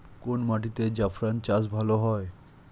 কোন মাটিতে জাফরান চাষ ভালো হয়?